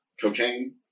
cocaine